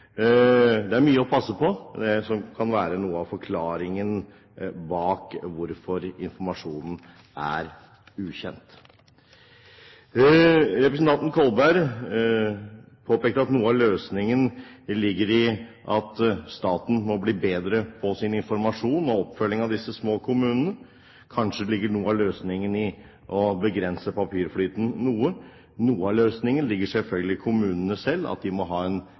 Det er mye å passe på, som kan være noe av forklaringen bak hvorfor informasjonen er ukjent. Representanten Kolberg påpekte at noe av løsningen ligger i at staten må bli bedre på informasjon og oppfølging av disse små kommunene. Kanskje ligger noe av løsningen i å begrense papirflyten noe? Noe av løsningen ligger selvfølgelig i kommunene selv, at de må ha en